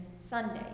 Sunday